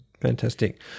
Fantastic